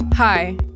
Hi